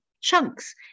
chunks